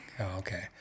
okay